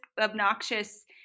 obnoxious